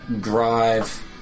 drive